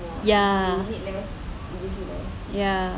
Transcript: ya ya